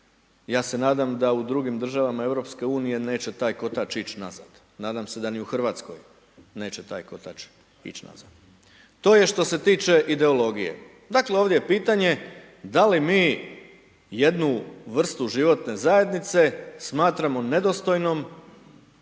Ja se nadam da u drugim državama EU neće taj kotač ić nazad, nadam se da ni u Hrvatskoj neće taj kotač ić nazad. To je što se tiče ideologije. Dakle, ovdje je pitanje da li mi jednu vrstu životne zajednice smatramo nedostojnom,